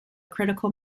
critical